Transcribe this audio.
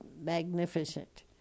magnificent